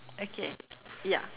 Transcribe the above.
okay ya